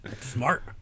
Smart